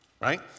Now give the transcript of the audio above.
right